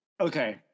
okay